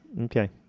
Okay